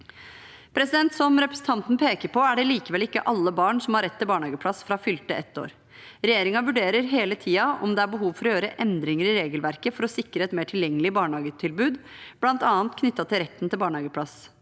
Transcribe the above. Som representanten peker på, er det likevel ikke alle barn som har rett til barnehageplass fra fylte ett år. Regjeringen vurderer hele tiden om det er behov for å gjøre endringer i regelverket for å sikre et mer tilgjengelig barnehagetilbud, bl.a. knyttet til retten til barnehageplass.